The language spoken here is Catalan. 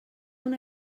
una